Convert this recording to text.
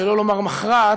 שלא לומר מכרעת,